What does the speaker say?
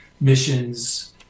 missions